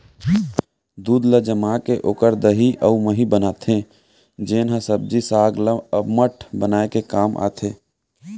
दूद ल जमाके ओकर दही अउ मही बनाथे जेन ह सब्जी साग ल अम्मठ बनाए के काम आथे